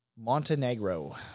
Montenegro